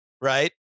right